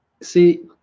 See